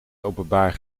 openbaar